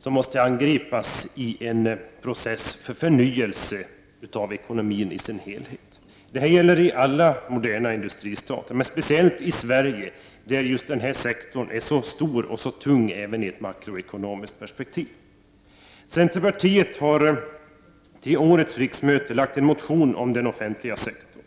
föremål för uppmärsamhet i en process för förnyelse av ekonomin i dess helhet. Det gäller i alla moderna industristater, men speciellt i Sverige, där denna sektor är så stor och därmed tung i även ett makroekonomiskt perspektiv. Centerpartiet har vid årets riksmöte väckt en motion om den offentliga sektorn.